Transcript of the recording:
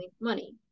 money